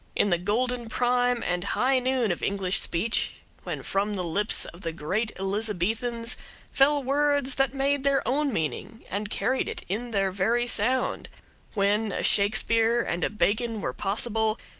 in the golden prime and high noon of english speech when from the lips of the great elizabethans fell words that made their own meaning and carried it in their very sound when a shakespeare and a bacon were possible,